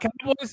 Cowboys